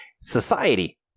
Society